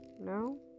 no